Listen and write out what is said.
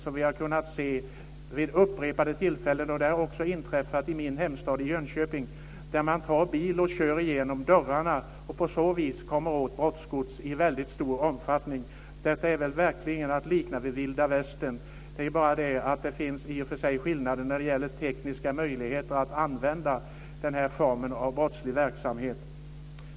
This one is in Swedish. Som vi har kunnat se vid upprepade tillfällen, också i min hemstad Jönköping, tar man alltså bilen och kör igenom dörrarna och kommer på så vis åt brottsgods i väldigt stor omfattning. Detta är väl verkligen att likna vid vilda västern. Det är bara det att det finns skillnader när det gäller tekniska möjligheter att använda den här formen av brottslig verksamhet.